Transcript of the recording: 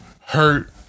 hurt